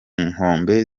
nkombe